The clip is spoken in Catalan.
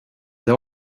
deu